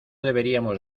deberíamos